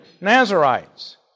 Nazarites